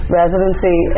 residency